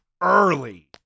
early